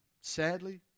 sadly